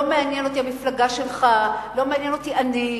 לא מעניין אותי המפלגה שלך, לא מעניין אותי אני.